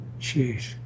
Jeez